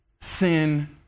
sin